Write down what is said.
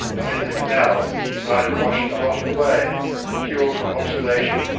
and in the canal he might have washed the lot away, secure from observation,